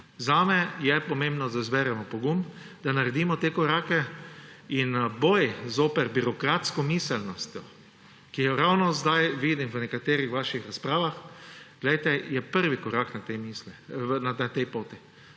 Za mene je pomembno, da zberemo pogum, da naredimo te korake. Boj proti birokratski miselnosti, ki jo ravno sedaj vidim v nekaterih vaših razpravah, poglejte, je prvi korak na tej poti.